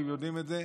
והם יודעים את זה,